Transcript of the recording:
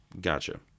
Gotcha